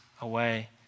away